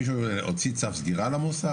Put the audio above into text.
מישהו הוציא צו סגירה למוסד?